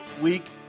week